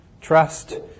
trust